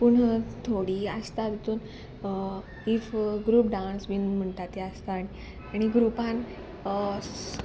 पूण थोडी आसता तितून इफ ग्रुप डांस बीन म्हणटा ते आसता आनी आनी ग्रुपान